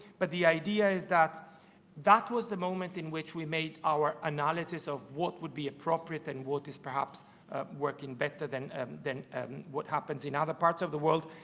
but the idea is that that was the moment in which we made our analysis of what would be appropriate and what is perhaps working better than than what happens in other parts of the world.